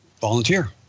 volunteer